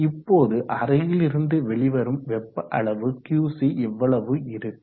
இப்போது அறையில் இருந்து வெளிவரும் வெப்ப அளவு Qc எவ்வளவு இருக்கும்